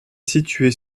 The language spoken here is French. située